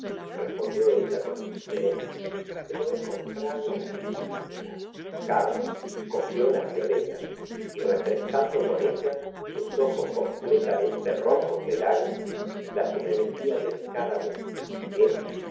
respondió ua con indiferencia se lo he comprado á una mendiga carlos cogió las violetas y refrescando con ellas sus ojos completamente rojos de lágrimas las humedecía delicadamente